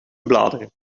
bladeren